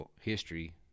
history